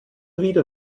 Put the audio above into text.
wieder